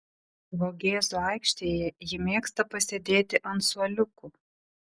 vogėzų aikštėje ji mėgsta pasėdėti ant suoliukų